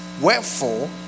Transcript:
Wherefore